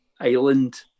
island